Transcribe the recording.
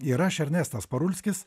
ir aš ernestas parulskis